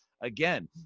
Again